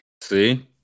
See